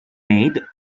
made